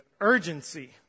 urgency